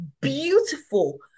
beautiful